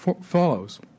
follows